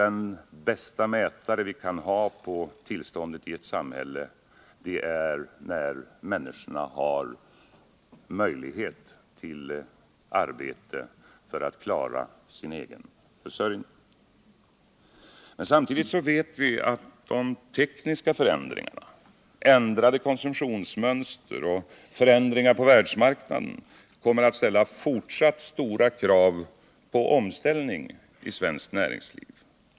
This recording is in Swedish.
Den bästa mätare vi kan ha på tillståndet i ett samhälle är de möjligheter som människor har till arbete för att klara sin egen försörjning. Samtidigt vet vi att de tekniska förändringarna, ändrade konsumtionsmönster och förändringar på världsmarknaden också i fortsättningen kommer att ställa stora krav på omställning i svenskt näringsliv.